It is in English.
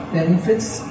Benefits